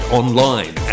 online